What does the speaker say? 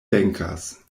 venkas